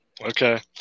okay